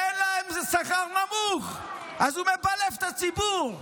וזה שכר נמוך, אז הוא מבלף את הציבור.